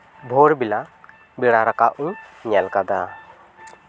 ᱵᱷᱳᱨ ᱵᱮᱲᱟ ᱵᱮᱲᱟ ᱨᱟᱠᱟᱵ ᱤᱧ ᱧᱮᱞ ᱠᱟᱫᱟ